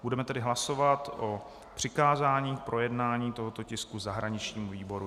Budeme tedy hlasovat o přikázání k projednání tohoto tisku zahraničnímu výboru.